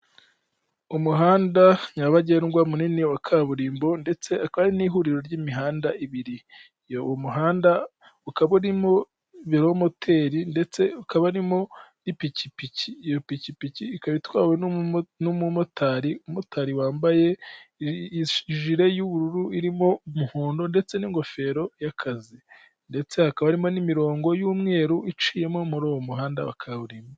Umuhanda nyabagendwa munini wa kaburimbo ndetse ukaba n'ihuriro ry'imihanda ibiri, uwo muhanda ukaba urimo velomoteri, ndetse ukaba urimo n'ipikipiki. Iyo pikipiki ikaba itwawe n'umumotari, umumotari wambaye ijire y'ubururu irimo umuhondo ndetse n'ingofero y'akazi ndetse hakaba harimo n'imirongo y'umweru iciyemo muri uwo muhanda wa kaburimbo.